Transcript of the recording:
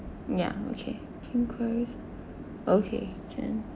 ya okay okay can